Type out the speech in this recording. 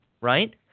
right